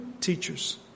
Teachers